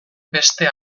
beste